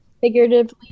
figuratively